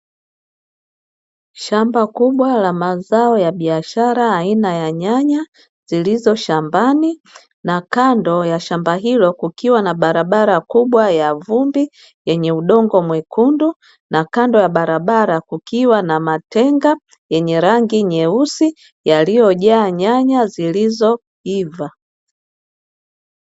Shamba kubwa la mazao ya biashara aina ya nyanya, zilizo shambani na kando ya shamba hilo kukiwa na barabara kubwa ya vumbi yenye udongo mwekundu, na kando ya barabara kukiwa na matenga yenye rangi yenye rangi nyeusi yaliyojaa nyanya zilizoiva.